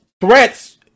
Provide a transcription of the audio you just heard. threats